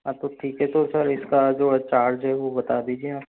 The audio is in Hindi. हाँ तो ठीक है तो सर इसका जो चार्ज है वो बता दीजिए